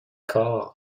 corps